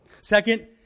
Second